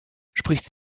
spricht